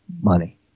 money